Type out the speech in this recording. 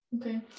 Okay